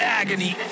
agony